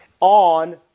on